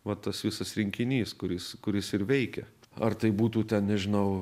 va tas visas rinkinys kuris kuris ir veikia ar tai būtų ten nežinau